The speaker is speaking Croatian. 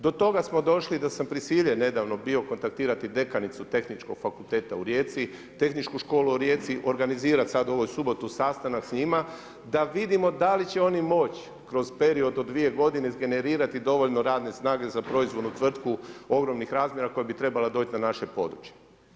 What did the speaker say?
Do toga smo došli da sam prisiljen nedavno bio kontaktirati dekanicu Tehničkog fakulteta u Rijeci, Tehničku školu u Rijeci, organizirati sad ovu subotu sastanak s njima da vidim da li će oni moći kroz period od dvije godine izgenerirati dovoljno radne snage za proizvodnu tvrtku ogromnih razmjera koja bi trebala doći na naše područje.